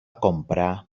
comprar